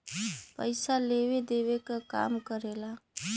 पइसा लेवे देवे क काम करेला